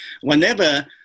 Whenever